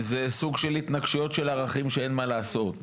זה סוג של התנגשויות של הערכים שאין מה לעשות.